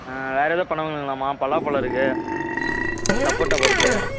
ஆ வேறு எதோ பழம் வேணுங்களாம்மா பலாப்பழம் இருக்கு சப்போட்டா இருக்கு